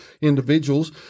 individuals